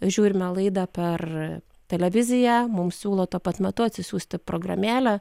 žiūrime laidą per televiziją mums siūlo tuo pat metu atsisiųsti programėlę